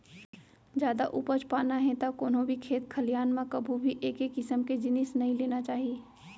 जादा उपज पाना हे त कोनो भी खेत खलिहान म कभू भी एके किसम के जिनिस नइ लेना चाही